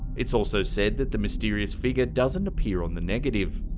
it's also said that the mysterious figure doesn't appear on the negative.